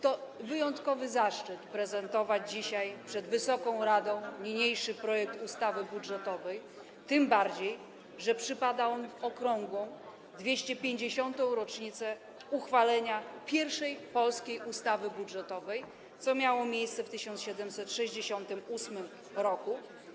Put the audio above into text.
To wyjątkowy zaszczyt prezentować dzisiaj przed Wysoką Izbą niniejszy projekt ustawy budżetowej, tym bardziej że przypada on w okrągłą, 250. rocznicę uchwalenia pierwszej polskiej ustawy budżetowej, co miało miejsce w 1768 r.